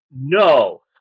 No